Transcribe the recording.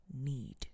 need